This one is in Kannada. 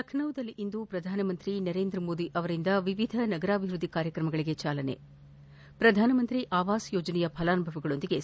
ಲಖನೌದಲ್ಲಿಂದು ಪ್ರಧಾನಮಂತ್ರಿ ನರೇಂದ್ರಮೋದಿ ಅವರಿಂದ ವಿವಿಧ ನಗರಾಭಿವೃದ್ದಿ ಕಾರ್ಯಕ್ರಮಗಳಿಗೆ ಚಾಲನೆ ಪ್ರಧಾನಮಂತ್ರಿ ಅವಾಜ್ ಯೋಜನೆಯ ಫಲಾನುಭವಿಗಳೊಂದಿಗೆ ಸಂವಾದ